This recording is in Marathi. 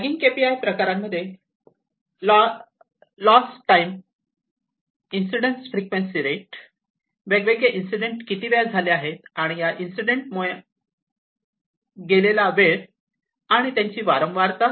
लॅगिंग केएपीआय प्रकारांमध्ये lost time incident frequency rate वेगवेगळे इन्सिडेंट किती वेळा झाले आणि या इन्सिडेंट मुळे असलेला गेलेला वेळ आणि आणि त्यांची वारंवारता